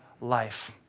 life